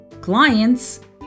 Clients